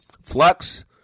Flux